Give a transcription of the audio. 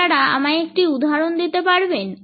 আপনারা আমায় একটি উদাহরণ দিতে পারবেন